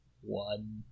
one